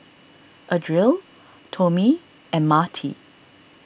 Adriel Tomie and Marti